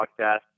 podcast